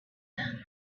them